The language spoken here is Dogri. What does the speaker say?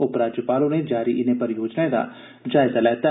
उपराज्यपाल होरें जारी इनें परियोजनाएं दा जायजा लैता